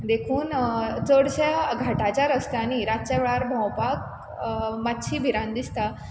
देखून चडश्या घाटाच्या रस्त्यांनी रातचे वेळार भोंवपाक मात्शी भिरांत दिसता